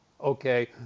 okay